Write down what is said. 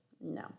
no